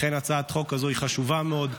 לכן הצעת החוק הזאת היא חשובה מאוד.